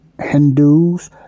Hindus